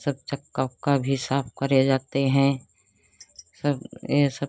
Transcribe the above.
सब चक्का उक्का भी साफ़ करे जाते हैं सब यह सब